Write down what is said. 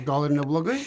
gal ir neblogai